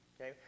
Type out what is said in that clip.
Okay